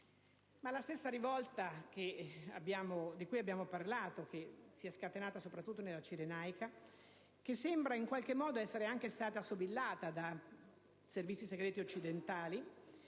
La stessa rivolta di cui abbiamo parlato, che si è scatenata soprattutto nella Cirenaica e che sembra in qualche modo essere stata sobillata dai servizi segreti occidentali